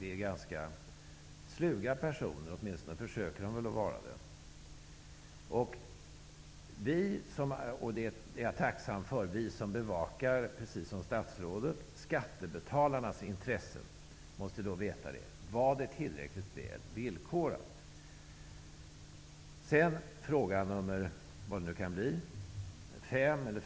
Det är ganska sluga personer, åtminstone försöker de att vara det. Vi som, precis som statsrådet, bevakar skattebetalarnas intressen måste veta om det var tillräckligt tuffa villkor.